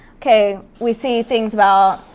okay, we see things about